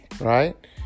right